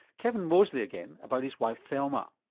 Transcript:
kevin mosely again about his wife thelma.